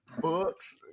books